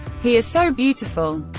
he is so beautiful.